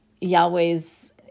Yahweh's